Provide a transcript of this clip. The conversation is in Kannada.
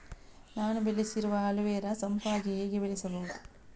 ನಾನು ಬೆಳೆಸಿರುವ ಅಲೋವೆರಾ ಸೋಂಪಾಗಿ ಹೇಗೆ ಬೆಳೆಸಬಹುದು?